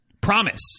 Promise